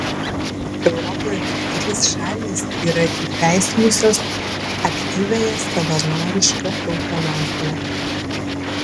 europoje tik trys šalys yra įteisinusios aktyviąją savanorišką eutanaziją